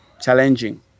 challenging